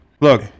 Look